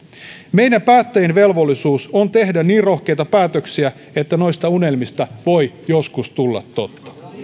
meidän päättäjien velvollisuus on tehdä niin rohkeita päätöksiä että noista unelmista voi joskus tulla totta